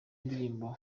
indirimbo